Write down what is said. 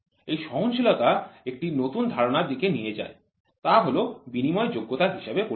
এই সহনশীলতা একটি নতুন ধারণার দিকে নিয়ে যায় যা হল বিনিময়যোগ্যতা হিসাবে পরিচিত